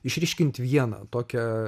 išryškinti vieną tokią